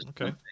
Okay